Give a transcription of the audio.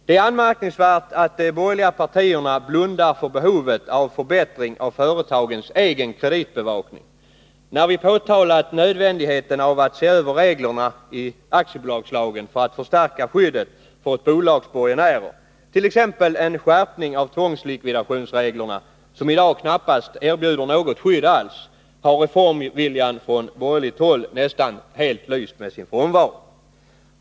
Det är anmärkningsvärt att de borgerliga partierna blundar för behovet av förbättring av företagens egen kreditbevakning. När vi har påpekat nödvändigheten av att se över reglerna i aktiebolagslagen för att förstärka skyddet för ett bolags borgenärer, t.ex. en skärpning av tvångslikvidationsreglerna, som i dag knappast erbjuder något skydd alls, har reformviljan från borgerligt håll nästan helt lyst med sin frånvaro.